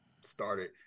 Started